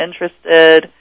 interested